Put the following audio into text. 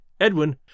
Edwin